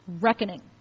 reckoning